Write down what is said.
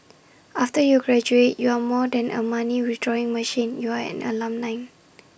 after you graduate you are more than A money withdrawing machine you are an alumni